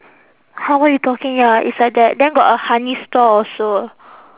!huh! what you talking ya it's like that then got a honey store also